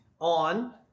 on